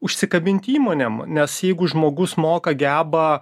užsikabint įmonėm nes jeigu žmogus moka geba